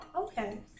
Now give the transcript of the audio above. Okay